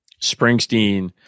Springsteen